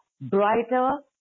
brighter